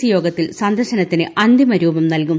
C യോഗത്തിൽ സന്ദർശനത്തിന് അന്തിമ രൂപം നൽകും